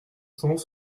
cent